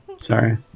Sorry